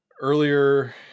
Earlier